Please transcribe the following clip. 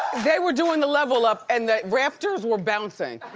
they were doing the level up and the rafters were bouncing.